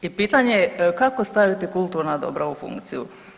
I pitanje je kako staviti kulturna obra u funkciju?